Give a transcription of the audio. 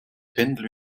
pendel